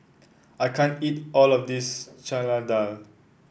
I can't eat all of this Chana Dal